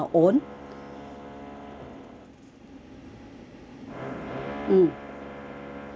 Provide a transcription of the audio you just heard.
mm